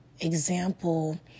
example